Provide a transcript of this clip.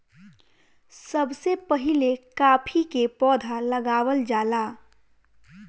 सबसे पहिले काफी के पौधा लगावल जाला